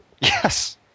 Yes